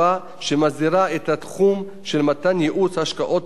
שמסדירה את התחום של מתן ייעוץ השקעות כללי,